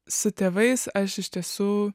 su tėvais aš iš tiesų